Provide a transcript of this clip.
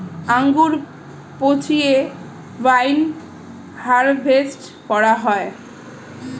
আঙ্গুর পচিয়ে wine harvest করা হয়